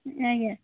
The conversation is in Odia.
ଆଜ୍ଞା